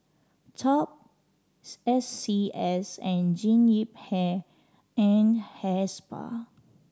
Top S C S and Jean Yip Hair and Hair Spa